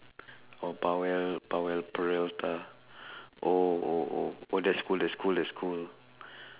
oh powell powell-peralta oh oh oh oh that's cool that's cool that's cool